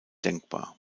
denkbar